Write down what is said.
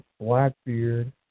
Blackbeard